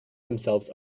themselves